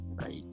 Right